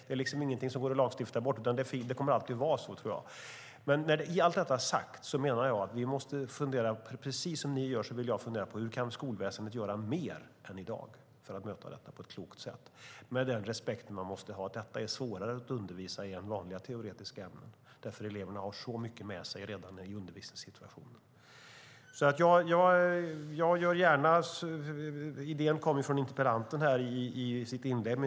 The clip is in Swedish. Det är ingenting som går att lagstifta bort. Jag tror att det alltid kommer att vara så. Med allt detta sagt vill jag precis som ni fundera på: Hur kan skolväsendet göra mer än i dag för att möta detta på ett klokt sätt? Man måste ha respekt för att det är svårare att undervisa i detta än i vanliga teoretiska ämnen. Eleverna har så mycket med sig redan i undervisningssituationen. Interpellanten kom med en idé i sitt inlägg.